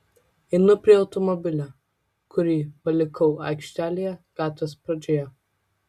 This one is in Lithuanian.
einu prie automobilio kurį palikau aikštelėje gatvės pradžioje